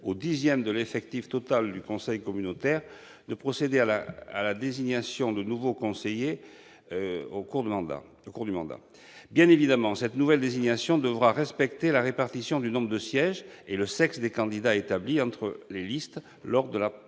dixième de l'effectif total du conseil communautaire de procéder à la désignation de nouveaux conseillers au cours du mandat. Cette nouvelle désignation devra bien sûr respecter la répartition du nombre de sièges et la répartition selon le sexe des candidats établies entre les listes lors de la